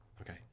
Okay